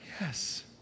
yes